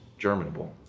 germinable